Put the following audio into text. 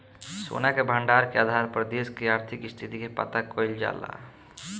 सोना के भंडार के आधार पर देश के आर्थिक स्थिति के पता कईल जाला